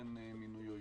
ואכן מינויו יאושר.